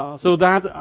ah so that,